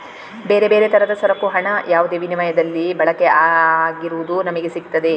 ಬೇರೆ ಬೇರೆ ತರದ ಸರಕು ಹಣ ಯಾವುದೇ ವಿನಿಮಯದಲ್ಲಿ ಬಳಕೆ ಆಗಿರುವುದು ನಮಿಗೆ ಸಿಗ್ತದೆ